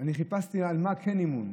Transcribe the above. שאני חיפשתי במה כן אמון.